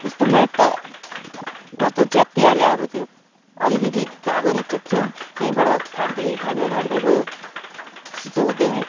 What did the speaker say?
त्यस्तो म्याट त कस्तो च्यात्तिहाल्यो अब त्यो अलिकति धागो निक्लिएको थियो त्यहीँबाट फाट्दै फाट्दै फाट्दै गयो त्यस्तो त हुँदैन है